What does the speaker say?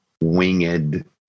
winged